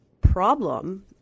problem